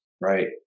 right